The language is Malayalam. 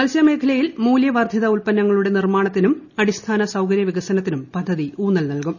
മത്സ്യമേഖലയിൽ മൂല്യവർദ്ധിത ഉൽപ്പന്നങ്ങളുടെ നിർമ്മാണത്തിനും അടിസ്ഥാന സൌകര്യ വികസനത്തിനും പദ്ധതി ഊന്നൽ നൽകും